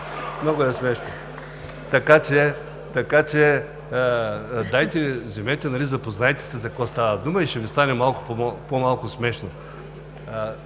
Много е смешно. Дайте, вземете, запознайте се за какво става дума и ще Ви стане по-малко смешно.